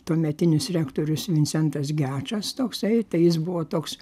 tuometinis rektorius vincentas gečas toksai tai jis buvo toks